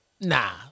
Nah